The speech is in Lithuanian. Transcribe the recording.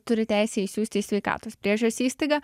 turi teisę išsiųsti į sveikatos priežiūros įstaigą